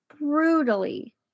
brutally